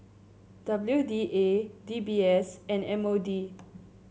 W D A D B S and M O D